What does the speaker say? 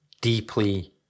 deeply